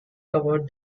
covered